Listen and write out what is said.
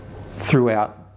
throughout